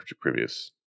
previous